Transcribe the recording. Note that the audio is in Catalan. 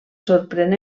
sorprèn